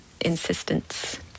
insistence